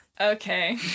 Okay